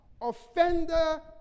offender